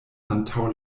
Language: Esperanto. antaŭ